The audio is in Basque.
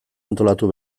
antolatu